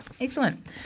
Excellent